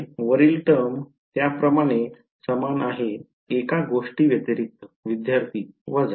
तर ते वरील टर्म प्रमाणे सामान आहे एका गोष्टीव्यतिरिक्त विद्यार्थी वजा